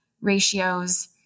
ratios